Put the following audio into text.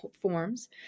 forms